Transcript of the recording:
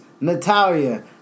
Natalia